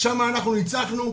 שם אנחנו ניצחנו,